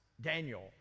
Daniel